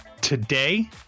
today